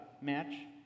match